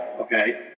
okay